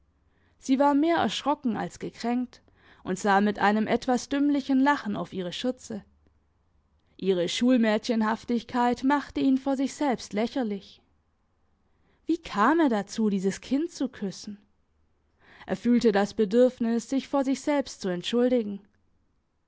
sie war mehr erschrocken als gekränkt und sah mit einem etwas dümmlichen lachen auf ihre schürze ihre schulmädchenhaftigkeit machte ihn vor sich selbst lächerlich wie kam er dazu dieses kind zu küssen er fühlte das bedürfnis sich vor sich selbst zu entschuldigen